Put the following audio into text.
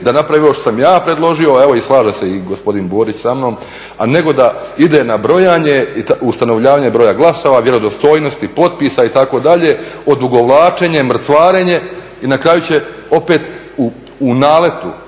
da napravimo ono što sam ja predložio, evo slaže se i gospodin Borić sa mnom, nego da ide na brojanje i ustanovljavanje broja glasova, vjerodostojnosti potpisa itd., odugovlačenje, mrcvarenje i na kraju će opet u naletu